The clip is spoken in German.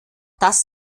das